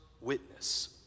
witness